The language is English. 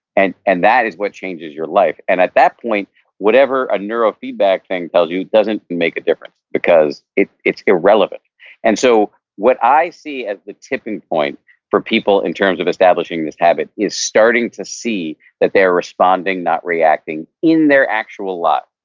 and and that is what changes your life, and at that point whatever a neuro feedback thing tells you doesn't make a difference, because it's irrelevant and so what i see as the tipping point for people in terms of establishing this habit is starting to see that they're responding not reacting in their actual life.